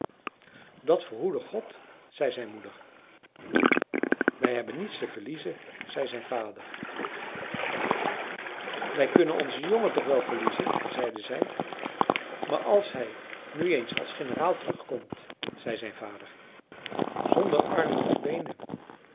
dat verhoede god zei zijn moeder wij hebben niets te verliezen zei zijn vader wij kunnen onzen jongen toch wel verliezen zeide zij maar als hij nu eens als generaal terugkomt zei zijn vader zonder armen of beenen